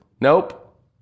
nope